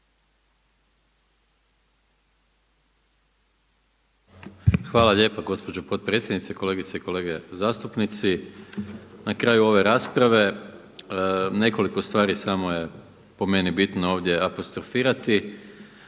Hvala lijepo gospođo potpredsjednice. Kolegice i kolege zastupnici. Na kraju ove rasprave, nekoliko stvari samo je po meni bitno ovdje apostrofirati,